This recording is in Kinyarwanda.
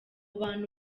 bantu